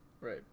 Right